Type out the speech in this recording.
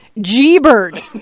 G-Bird